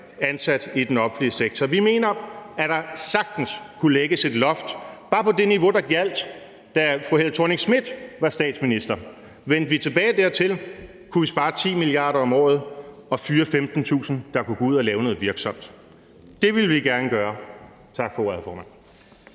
ansat i den offentlige sektor. Vi mener, at der sagtens kunne lægges et loft, der bare var på det niveau, der gjaldt, da fru Helle Thorning-Schmidt var statsminister. Hvis vi vendte tilbage dertil, kunne vi spare 10 mia. kr. om året og fyre 15.000, der kunne gå ud og lave noget virksomt. Det ville vi gerne gøre. Tak for ordet, hr. formand.